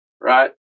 Right